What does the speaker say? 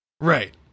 Right